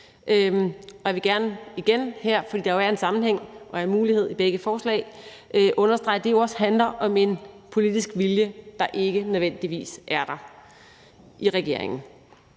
jeg vil gerne igen her – for der er jo en sammenhæng og en mulighed i begge lovforslag – understrege, at det jo også handler om en politisk vilje, der ikke nødvendigvis er i regeringen.